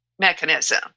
mechanism